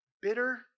bitter